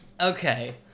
Okay